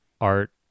art